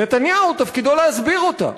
נתניהו, תפקידו להסביר אותה.